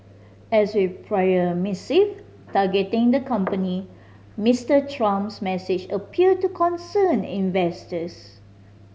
as with prior missive targeting the company Mister Trump's message appeared to concern investors